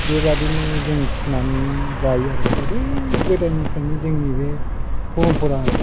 बेबादिनो जों फिनानै जायो आरो गोदो गोदायनिफ्रायनो जोंनि बे फरमफरा आरो